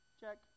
Check